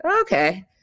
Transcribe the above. okay